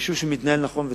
יישוב שמתנהל נכון וטוב,